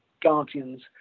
guardians